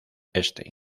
stein